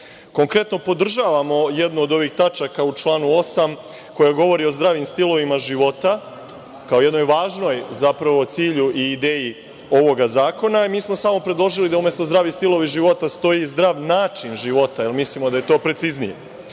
promeni. Konkretno, podržavam jednu od ovih tačaka u članu 8. koja govori o zdravim stilovima života, kao jednom važnom cilju i ideji ovoga zakona. Mi smo samo predložili da umesto – zdravi stilovi života, stoji – zdrav način života, jer mislimo da je to preciznije. Ono